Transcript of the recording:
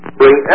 bring